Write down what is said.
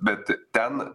bet ten